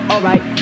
Alright